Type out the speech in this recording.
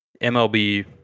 MLB